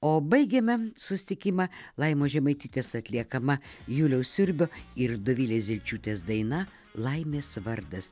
o baigiame susitikimą laimos žemaitytės atliekama juliaus siurbio ir dovilės zelčiūtės daina laimės vardas